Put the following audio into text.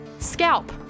Scalp